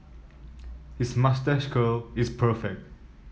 his moustache curl is perfect